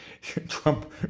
Trump